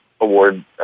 award